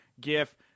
gif